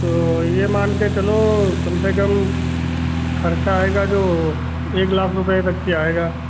तो ये मान कर चलो कम से कम खर्चा आएगा जो एक लाख रुपये तक की आएगा